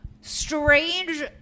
strange